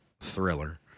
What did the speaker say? thriller